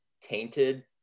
tainted